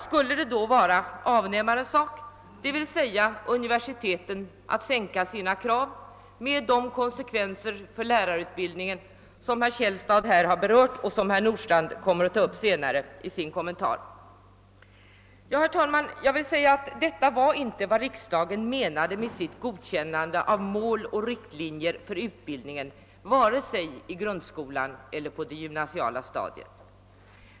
Skulle det i så fall vara avnämarnas — dvs. universitetens sak att sänka sina krav med de konsekvenser för lärarutbildningen som herr Källstad här berört och som herr Nordstrandh kommer att ta upp i sin kommentar? Herr talman! Detta var inte vad riksdagen menade med sitt godkännande av mål och riktlinjer för utbildningen vare sig i grundskolan eller på det gymnasiala stadiet.